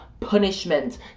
punishment